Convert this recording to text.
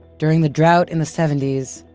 during the drought in the seventy s,